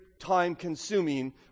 time-consuming